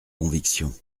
conviction